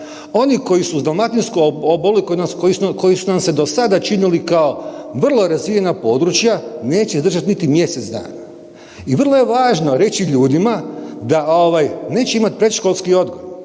Oni koji su s .../Govornik se ne razumije./... koji su nam se do sada činili kao vrlo razvijena područja, neće izdržati niti mjesec dana. I vrlo je važno reći ljudima da ovaj, neće imati predškolski odgoj,